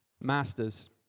Masters